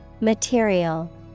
Material